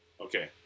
Okay